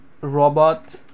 robot